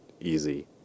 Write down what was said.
easy